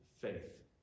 faith